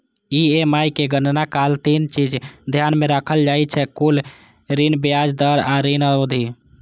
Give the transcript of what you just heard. EMI के गणना काल तीन चीज ध्यान मे राखल जाइ छै, कुल ऋण, ब्याज दर आ ऋण अवधि